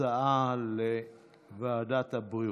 ההצעה לוועדת הבריאות.